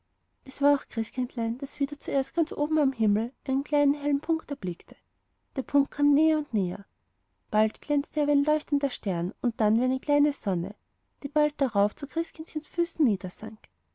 es war auch christkindlein das wieder zuerst ganz oben am himmel einen hellen punkt erblickte der punkt kam näher und näher bald glänzte er wie ein leuchtender stern und dann wie eine kleine sonne die bald darauf zu christkindchens füßen